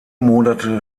monate